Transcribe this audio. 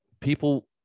people